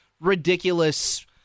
ridiculous